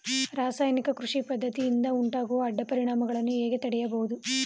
ರಾಸಾಯನಿಕ ಕೃಷಿ ಪದ್ದತಿಯಿಂದ ಉಂಟಾಗುವ ಅಡ್ಡ ಪರಿಣಾಮಗಳನ್ನು ಹೇಗೆ ತಡೆಯಬಹುದು?